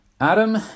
Adam